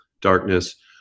darkness